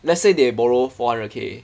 let's say they borrow four hundred K